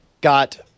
got